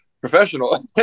professional